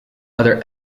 other